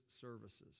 services